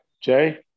Jay